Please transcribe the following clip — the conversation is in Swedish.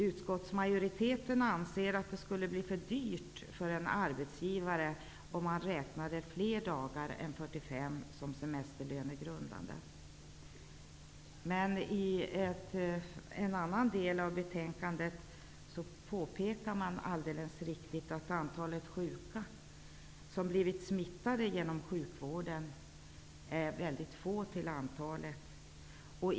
Utskottsmajoriteten anser att det skulle bli för dyrt för en arbetsgivare om man räknar flera dagar än 45 som semesterlönegrundande. I en annan del av betänkandet påpekas det att antalet sjuka som i dag blivit smittade genom sjukvården alldeles riktigt är mycket litet.